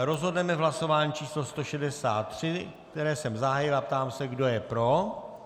Rozhodneme v hlasování číslo 163, které jsem zahájil, a ptám se, kdo je pro.